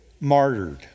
martyred